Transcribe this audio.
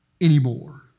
anymore